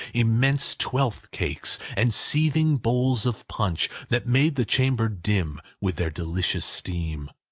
immense twelfth-cakes, and seething bowls of punch, that made the chamber dim with their delicious steam.